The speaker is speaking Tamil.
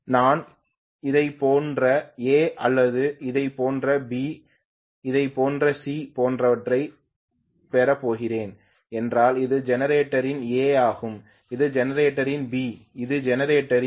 நான் இதைப் போன்ற A இதைப் போன்ற பி இதைப் போன்ற சி போன்றவற்றைப் பெறப் போகிறேன் என்றால் இது ஜெனரேட்டரின் ஏ ஆகும் இது ஜெனரேட்டரின் பி இது ஜெனரேட்டரின் சி